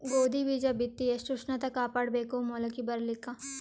ಗೋಧಿ ಬೀಜ ಬಿತ್ತಿ ಎಷ್ಟ ಉಷ್ಣತ ಕಾಪಾಡ ಬೇಕು ಮೊಲಕಿ ಬರಲಿಕ್ಕೆ?